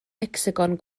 hecsagon